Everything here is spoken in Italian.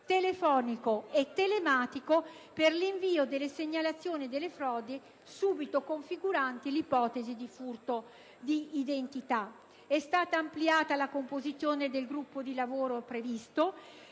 telefonico e telematico per l'invio delle segnalazioni delle frodi subite configuranti ipotesi di furto d'identità. È stata ampliata la composizione del gruppo di lavoro, prevedendo